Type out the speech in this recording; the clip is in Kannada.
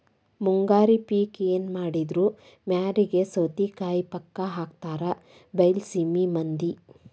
ಮುಂಗಾರಿ ಪಿಕ್ ಎನಮಾಡಿದ್ರು ಮ್ಯಾರಿಗೆ ಸೌತಿಕಾಯಿ ಪಕ್ಕಾ ಹಾಕತಾರ ಬೈಲಸೇಮಿ ಮಂದಿ